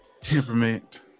temperament